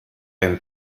been